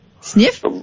Sniff